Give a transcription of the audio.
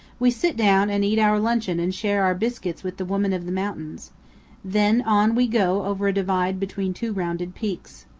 we sit down and eat our luncheon and share our biscuits with the woman of the mountains then on we go over a divide between two rounded peaks.